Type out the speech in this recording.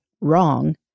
wrong